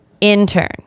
intern